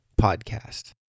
Podcast